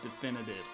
definitive